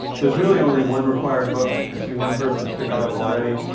there's really only one required book. i see one person's picked it up already,